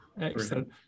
Excellent